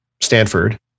Stanford